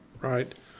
Right